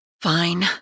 Fine